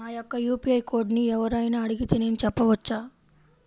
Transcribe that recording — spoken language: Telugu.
నా యొక్క యూ.పీ.ఐ కోడ్ని ఎవరు అయినా అడిగితే నేను చెప్పవచ్చా?